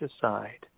aside